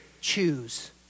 choose